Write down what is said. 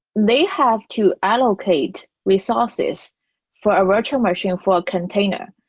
they have to allocate resources for a virtual machine for a container,